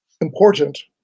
important